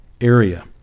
area